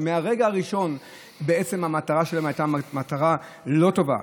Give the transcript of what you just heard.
מהרגע הראשון בעצם המטרה שלהם הייתה מטרה לא טובה,